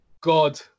God